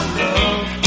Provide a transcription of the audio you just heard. love